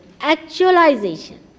actualization